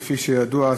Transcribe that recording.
כפי שידוע,